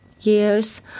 years